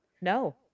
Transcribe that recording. no